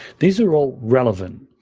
these are all relevant.